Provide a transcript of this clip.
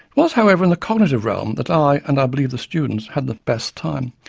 was, however, in the cognitive realm that i, and i believe the students, had the best time.